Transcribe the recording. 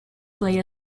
play